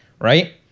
right